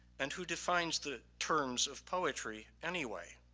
and who defines the terms of poetry anyway?